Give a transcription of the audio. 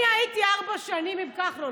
אני הייתי ארבע שנים עם כחלון.